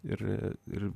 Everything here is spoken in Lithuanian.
ir ir